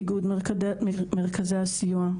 איגוד מרכזי הסיוע,